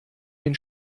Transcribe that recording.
den